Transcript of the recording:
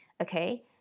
Okay